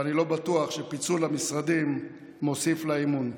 ואני לא בטוח שפיצול המשרדים מוסיף לאמון.